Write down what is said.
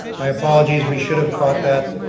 my apologies, we should have caught that.